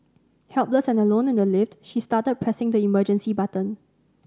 helpless and alone in the lift she started pressing the emergency button